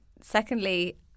Secondly